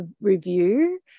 review